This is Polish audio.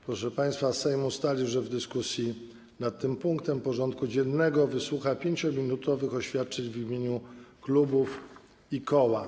Proszę państwa, Sejm ustalił, że w dyskusji nad tym punktem porządku dziennego wysłucha 5-minutowych oświadczeń w imieniu klubów i koła.